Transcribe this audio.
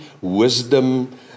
wisdom